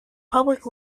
public